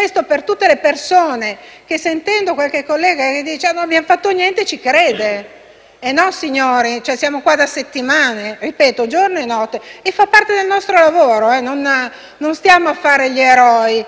dico per tutte le persone che, sentendo qualche collega che dice che non abbiamo fatto niente, ci crede. E no, signori, siamo qui da settimane - ripeto - giorno e notte. E fa parte del nostro lavoro, non stiamo a fare gli eroi.